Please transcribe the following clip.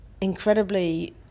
incredibly